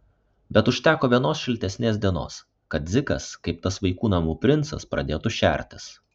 bet užteko vienos šiltesnės dienos kad dzikas kaip tas vaikų namų princas pradėtų šertis